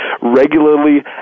regularly